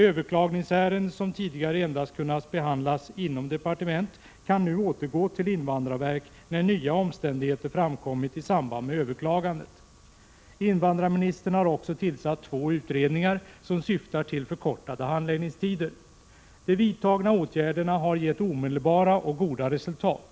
Överklagningsärenden som tidigare endast kunnat behandlas inom departementet kan nu återgå till invandrarverket, när nya omständigheter framkommit i samband med överklagandet. Invandrarministern har också tillsatt två utredningar som syftar till förkortade handläggningstider. De vidtagna åtgärderna har givit omedelbara och goda resultat. Ärendeba — Prot.